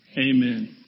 amen